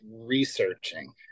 researching